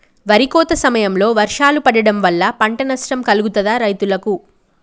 వరి కోత సమయంలో వర్షాలు పడటం వల్ల పంట నష్టం కలుగుతదా రైతులకు?